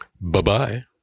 Bye-bye